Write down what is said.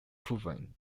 proven